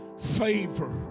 favor